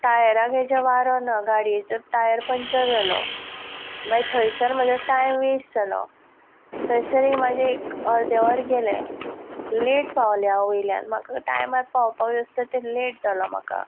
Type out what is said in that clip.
टायराक हेज्या वारो ना गाडयेचो टायर पंचर जालो मागीर थंयसर म्हाजो टायम वेस्ट जालो थंयसर म्हाजे एक अर्देवर गेलें लेट पावलें हांव वयल्यान म्हाका टायमार पावपाक जाय आसलें तें लेट जालो म्हाका